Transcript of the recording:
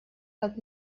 как